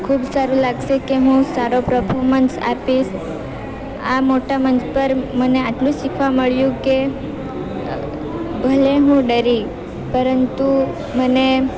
ખૂબ સારું લાગશે કે હું સારો પ્રફોમન્સ આપીશ આ મોટા મંચ પર મને આટલું શીખવા મળ્યું કે ભલે હું ડરી પરંતુ મને